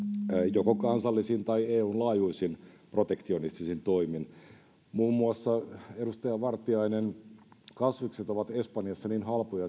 joko kansallisin tai eun laajuisin protektionistisin toimin muun muassa edustaja vartiainen kasvikset ovat espanjassa niin halpoja